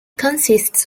consists